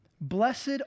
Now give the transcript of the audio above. Blessed